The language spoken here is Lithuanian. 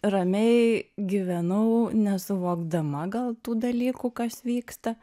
ramiai gyvenau nesuvokdama gal tų dalykų kas vyksta